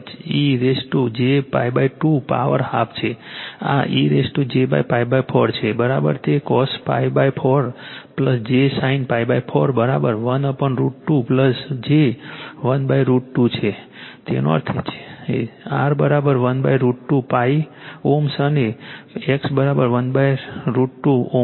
તેથી j e j π 2 power half છે e j π 4 તે cos π 4 j sin π 4 1 √ 2 j 1 √ 2 છે તેનો અર્થ R 1 √ 2 Ω અને X 1 √ 2 Ω છે